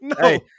Hey